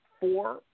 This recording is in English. four